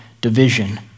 division